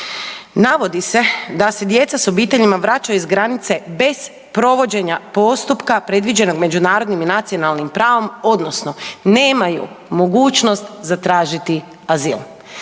Navodi se da se djeca s obiteljima vraćaju iz granice bez provođenja postupka predviđenog međunarodnim i nacionalnim pravom odnosno nemaju mogućnost zatražiti azil.